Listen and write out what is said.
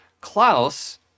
klaus